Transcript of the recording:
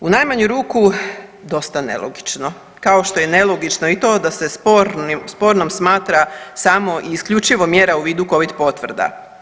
U najmanju ruku dosta nelogično kao što je i nelogično i to da se spornim, spornom smatra samo i isključivo mjera u vidu Covid potvrda.